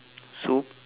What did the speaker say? soup